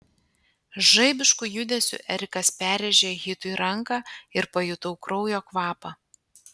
žaibišku judesiu erikas perrėžė hitui ranką ir pajutau kraujo kvapą